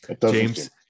james